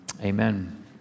Amen